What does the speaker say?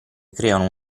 creano